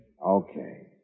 okay